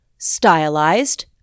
Stylized